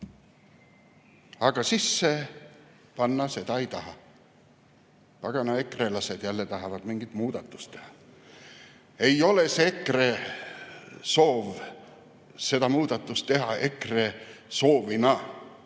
aga sisse panna seda ei taha. Pagana ekrelased jälle tahavad mingit muudatust teha. Ei ole EKRE soov seda muudatust teha EKRE soovina.